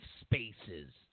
spaces